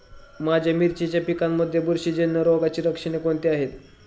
माझ्या मिरचीच्या पिकांमध्ये बुरशीजन्य रोगाची लक्षणे कोणती आहेत?